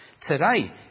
Today